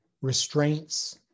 restraints